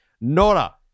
Nora